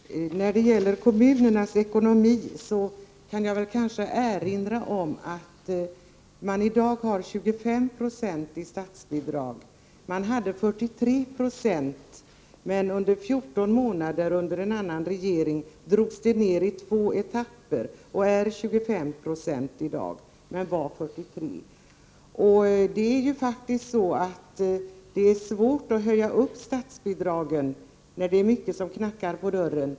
Herr talman! När det gäller kommunernas ekonomi kan jag kanske erinra om att man i dag har 25 96 i statsbidrag. Man hade 43 96 tidigare, men under 14 månader under en annan regering drogs detta ned i två etapper. Det är faktiskt svårt att höja ett statsbidrag när många knackar på dörren.